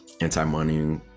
anti-money